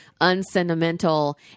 unsentimental